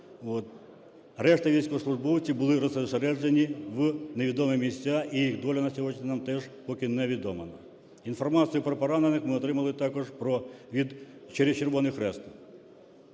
Решта військовослужбовців були розосереджені в невідомі місця, і їх доля на сьогоднішній день теж поки невідома, інформацію про поранених ми отримали також через Червоний Хрест.